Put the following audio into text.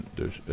dus